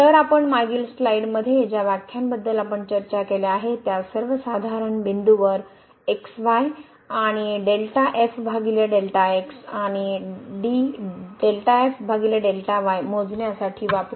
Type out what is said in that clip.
तर आपण मागील स्लाइडमध्ये ज्या व्याख्याबद्दल आपण चर्चा केल्या आहेत त्या सर्वसाधारण बिंदूवर आणि आणिd मोजण्यासाठी वापरु